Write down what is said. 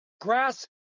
Grass